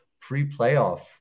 pre-playoff